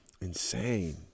insane